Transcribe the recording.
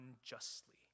unjustly